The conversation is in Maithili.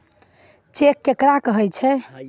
चेक केकरा कहै छै?